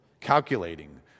calculating